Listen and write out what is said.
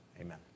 Amen